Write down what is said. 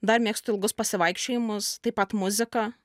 dar mėgstu ilgus pasivaikščiojimus taip pat muziką